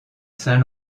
saint